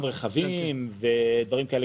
גם רכבים ודברים כאלה.